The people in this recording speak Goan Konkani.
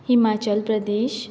हिमाचल प्रदेश